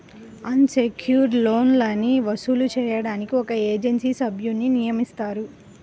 అన్ secured లోన్లని వసూలు చేయడానికి ఒక ఏజెన్సీ సభ్యున్ని నియమిస్తారు